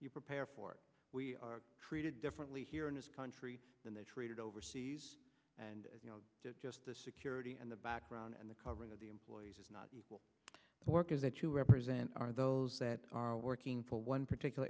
you prepare for we are treated differently here in this country than they treated overseas and you know just the security and the background and the covering of the employees is not what work is that you represent are those that are working for one particular